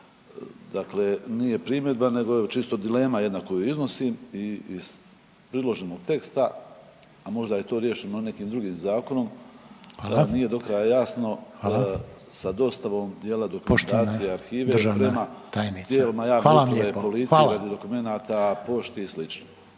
Dakle, nije primjedba nego evo čisto dilema jedna koju iznosim iz priloženog teksta, a možda je to riješeno nekim drugim zakonom, al nije do kraja jasno sa dostavom dijela dokumentacije arhivima prema tijela javne uprave i policiji radi dokumenata, pošti i